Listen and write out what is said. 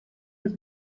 his